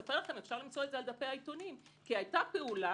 אפשר למצוא את זה על גבי העיתונים - כי היתה פעולה